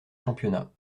championnats